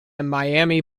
miami